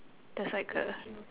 there's like a